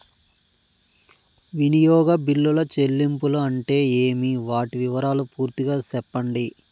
వినియోగ బిల్లుల చెల్లింపులు అంటే ఏమి? వాటి వివరాలు పూర్తిగా సెప్పండి?